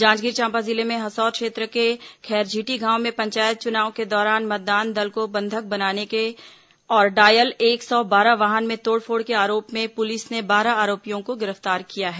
जांजगीर चांपा जिले में हसौद क्षेत्र के खैरझिटी गांव में पंचायत चुनाव के दौरान मतदान दल को बंधक बनाने और डायल एक सौ बारह वाहन में तोड़फोड़ के आरोप में पुलिस ने बारह आरोपियों को गिरफ्तार किया है